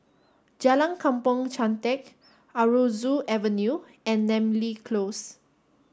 Jalan Kampong Chantek Aroozoo Avenue and Namly Close